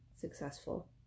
successful